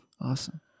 Awesome